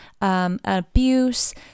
abuse